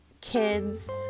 kids